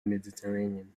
mediterranean